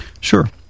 Sure